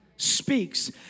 Speaks